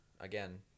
again